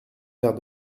faire